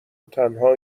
وتنها